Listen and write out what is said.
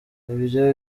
ibyo